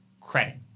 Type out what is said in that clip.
credit